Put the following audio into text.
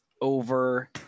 over